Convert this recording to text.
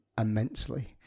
immensely